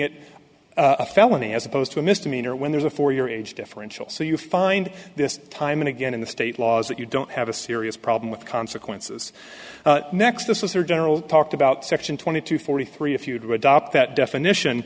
it a felony as opposed to a misdemeanor when there's a for your age differential so you find this time and again in the state laws that you don't have a serious problem with consequences next this or general talked about section twenty two forty three if you do adopt that definition